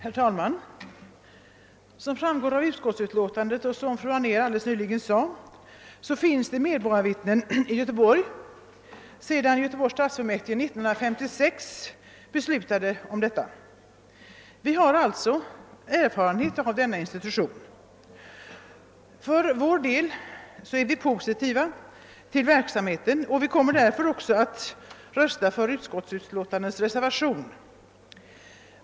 Herr talman! Som framgår av utskottsutlåtandet och som fru Anér nyss nämnt finns det medborgarvittnen i Göteborg sedan stadsfullmäktige år 1956 beslutade om detta. Vi har alltså erfarenhet av denna institution. För vår del ser vi positivt på verksamheten, och vi kommer därför att rösta för reservationen till utskottsutlåtandet.